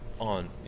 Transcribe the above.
on